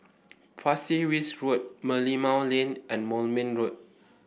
Pasir Ris Road Merlimau Lane and Moulmein Road